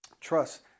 Trust